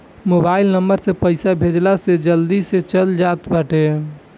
mobile number से पईसा भेजला से जल्दी से चल जात बाटे